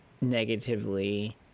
negatively